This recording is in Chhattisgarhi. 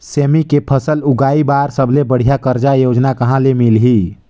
सेमी के फसल उगाई बार सबले बढ़िया कर्जा योजना कहा ले मिलही?